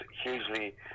hugely